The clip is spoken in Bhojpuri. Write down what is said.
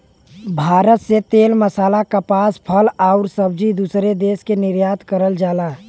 भारत से तेल मसाला कपास फल आउर सब्जी दूसरे देश के निर्यात करल जाला